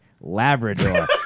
Labrador